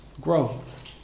growth